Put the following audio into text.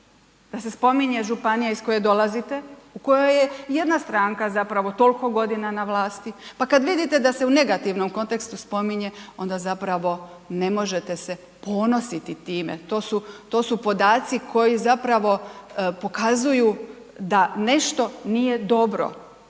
da se spominje županija iz koje dolazite, u kojoj je jedna stranka zapravo tolko godina na vlasti, pa kad vidite da se u negativnom kontekstu spominje onda zapravo ne možete se ponositi time, to su, to su podaci koji zapravo pokazuju da nešto nije dobro,